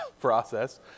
process